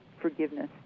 forgiveness